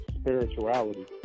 spirituality